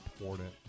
important